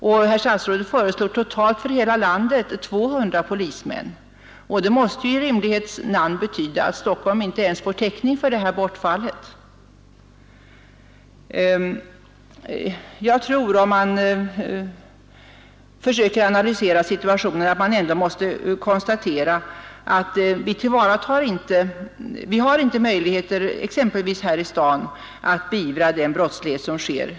Herr statsrådet föreslår totalt för hela landet 200 polismän, och det måste i rimlighetens namn betyda att Stockholm inte ens får täckning för det här bortfallet. Om man försöker analysera situationen, tror jag att man ändå måste konstatera att vi inte har möjligheter exempelvis här i staden att beivra den brottslighet som förekommer.